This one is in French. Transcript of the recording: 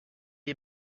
est